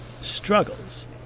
struggles